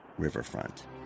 riverfront